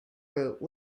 route